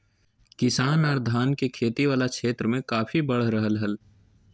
किसान आर धान के खेती वला क्षेत्र मे काफी बढ़ रहल हल